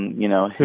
you know,